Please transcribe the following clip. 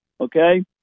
okay